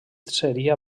seria